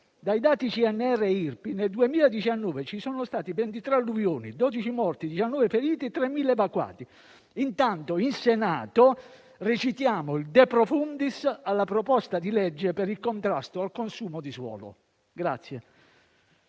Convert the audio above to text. Dai dati CNR-IRPI nel 2019 ci sono stati 23 alluvioni, 12 morti, 19 feriti e 3.000 evacuati. Intanto, in Senato recitiamo il *de profundis* alla proposta di legge per il contrasto al consumo di suolo.